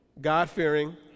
God-fearing